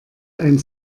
ein